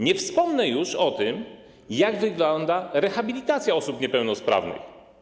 Nie wspomnę już o tym, jak wygląda rehabilitacja osób niepełnosprawnych.